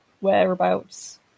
whereabouts